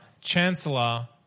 Chancellor